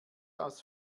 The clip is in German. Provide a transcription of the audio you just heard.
aus